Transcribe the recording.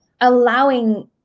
allowing